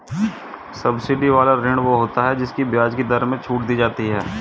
subsidy वाला ऋण वो होता है जिसकी ब्याज की दर में छूट दी जाती है